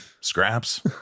Scraps